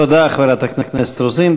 תודה, חברת הכנסת רוזין.